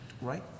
right